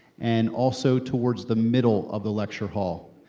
and also towards the middle of the lecture hall.